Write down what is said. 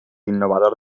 innovador